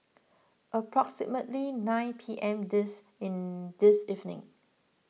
approximately nine P M this in this evening